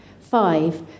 five